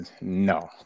No